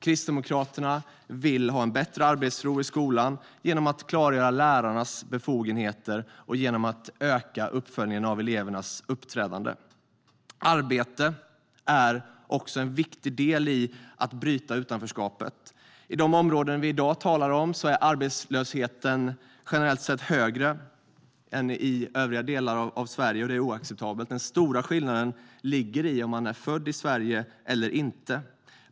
Kristdemokraterna vill få bättre arbetsro i skolan genom att klargöra lärarnas befogenheter och genom att öka uppföljningen av elevernas uppträdande. Arbete är också viktigt för att bryta utanförskapet. I de områden vi talar om är arbetslösheten generellt sett högre än i övriga delar av Sverige, och det är oacceptabelt. Den stora skillnaden ligger i om man är född i Sverige eller inte.